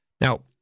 Now